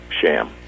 sham